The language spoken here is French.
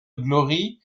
glory